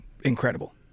incredible